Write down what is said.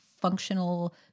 functional